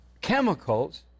chemicals